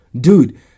dude